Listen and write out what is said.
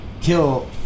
kill